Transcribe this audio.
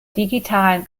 digitalen